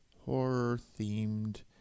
horror-themed